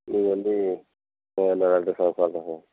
நீங்கள் வந்து என்னோடய அட்ரஸ்ஸை நோட் பண்ணிக்கோங்க